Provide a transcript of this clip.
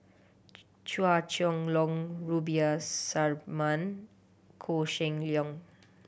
Chua Chong Long Rubiah Suparman Koh Seng Leong